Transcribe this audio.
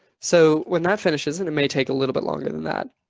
so when that finishes, and it may take a little bit longer than that.